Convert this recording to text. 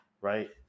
right